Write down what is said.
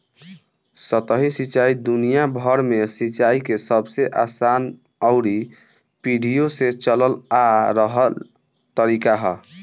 सतही सिंचाई दुनियाभर में सिंचाई के सबसे आसान अउरी पीढ़ियो से चलल आ रहल तरीका ह